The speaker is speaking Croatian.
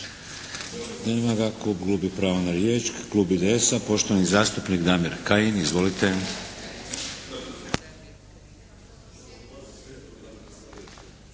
hvala vam